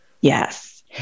Yes